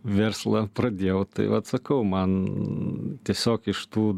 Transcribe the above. verslą pradėjau tai vat sakau man tiesiog iš tų